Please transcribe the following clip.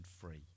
free